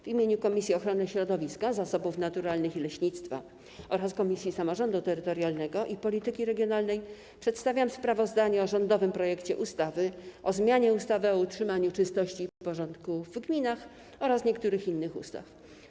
W imieniu Komisji Ochrony Środowiska, Zasobów Naturalnych i Leśnictwa oraz Komisji Samorządu Terytorialnego i Polityki Regionalnej przedstawiam sprawozdanie o rządowym projekcie ustawy o zmianie ustawy o utrzymaniu czystości i porządku w gminach oraz niektórych innych ustaw.